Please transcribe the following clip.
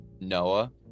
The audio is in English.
Noah